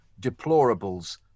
deplorables